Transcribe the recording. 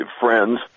friends